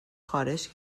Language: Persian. خارش